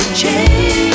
change